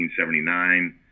1979